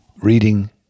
reading